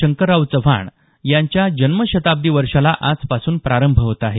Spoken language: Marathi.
शंकरराव चव्हाण यांच्या जन्मशताब्दी वर्षाला आजपासून प्रारंभ होत आहे